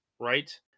right